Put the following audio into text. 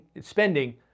spending